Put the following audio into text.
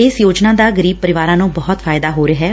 ਇਸ ਯੋਜਨਾ ਦਾ ਗਰੀਬ ਪਰਿਵਾਰਾਂ ਨੂੰ ਬਹੁਤ ਫਾਇਦਾ ਹੋ ਰਿਹੈ